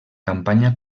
campanya